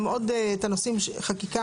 גם עכשיו אנחנו לא יכולים לנסח את זה ברגע